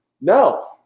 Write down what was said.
No